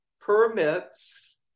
permits